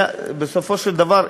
בסופו של דבר,